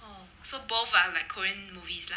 oh so both are like korean movies lah